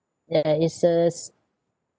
ya it's just